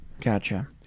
Gotcha